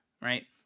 right